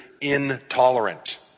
intolerant